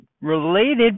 related